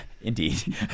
Indeed